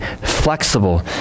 flexible